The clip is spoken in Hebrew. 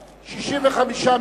בעד, 10, 65 מתנגדים,